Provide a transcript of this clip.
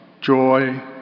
joy